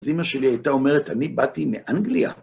אז אימא שלי הייתה אומרת, אני באתי מאנגליה.